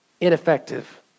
ineffective